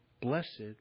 Blessed